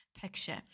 picture